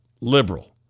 liberal